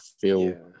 feel